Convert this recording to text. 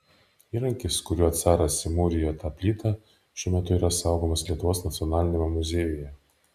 įrankis kuriuo caras įmūrijo tą plytą šiuo metu yra saugomas lietuvos nacionaliniame muziejuje